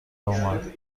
امدبه